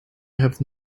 have